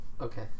Okay